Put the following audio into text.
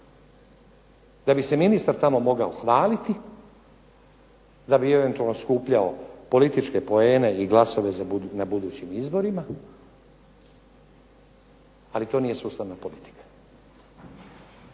da bi se ministar tamo mogao hvaliti, da bi eventualno skupljao političke poene i glasove na budućim izborima. Ali to nije sustavna politika.